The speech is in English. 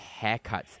haircuts